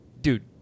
dude